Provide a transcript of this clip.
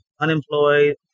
unemployed